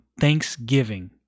thanksgiving